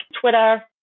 Twitter